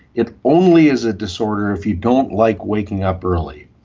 it only is a disorder if you don't like waking up early.